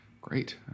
Great